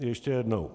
Ještě jednou.